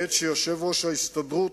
בעת שיושב-ראש ההסתדרות,